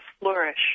flourish